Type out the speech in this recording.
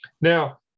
now